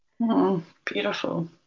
Beautiful